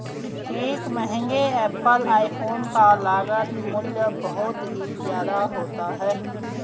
एक महंगे Apple iPhone का लागत मूल्य बहुत ही ज्यादा होता है